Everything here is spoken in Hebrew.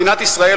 מדינת ישראל,